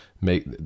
make